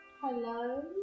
hello